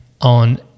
on